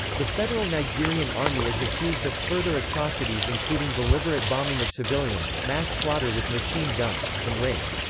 the federal nigerian army is accused of further atrocities including deliberate bombing of civilians, mass slaughter with machine guns, and rape.